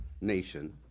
nation